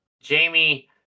Jamie